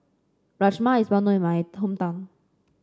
Rajma is well known in my hometown